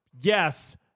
Yes